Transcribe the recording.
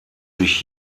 sich